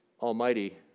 almighty